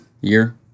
Year